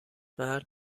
مرد